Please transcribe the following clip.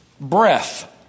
breath